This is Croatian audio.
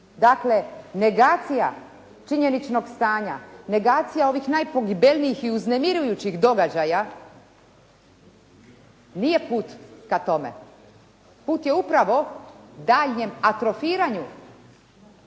Dakle, negacija činjeničnog stanja, negacija ovih najpogibeljnijih i uznemirujućih događaja nije put ka tome. Put je upravo daljnjem atrofiranju